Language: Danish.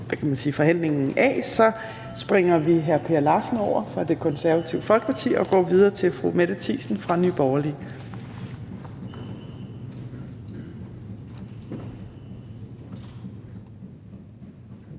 af, springer vi hr. Per Larsen fra Det Konservative Folkeparti over og går videre til fru Mette Thiesen fra Nye Borgerlige.